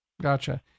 Gotcha